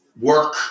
work